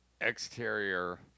Exterior